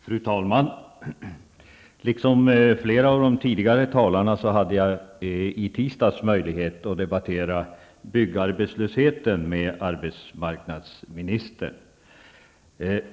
Fru talman! Liksom flera av de tidigare talarna hade jag i tisdags möjlighet att debattera byggarbetslöshet med arbetsmarknadsministern.